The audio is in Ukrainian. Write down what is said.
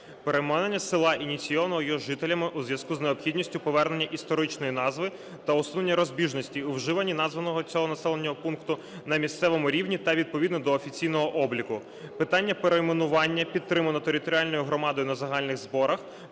Перейменування села ініційовано його жителями у зв'язку з необхідністю повернення історичної назви та усунення розбіжності у вживанні назви цього населеного пункту на місцевому рівні та відповідно до офіційного обліку. Питання перейменування підтримано територіальною громадою на загальних зборах,